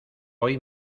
hoy